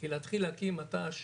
כי להתחיל להקים מט"ש,